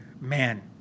man